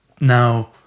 Now